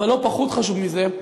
אבל לא פחות חשוב מזה,